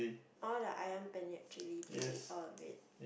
all the Ayam-Penyet chilli did you eat all of it